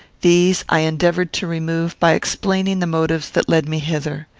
these i endeavoured to remove by explaining the motives that led me hither.